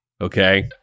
Okay